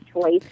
choice